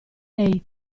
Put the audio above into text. lei